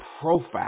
profile